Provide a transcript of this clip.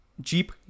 Jeep